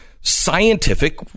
scientific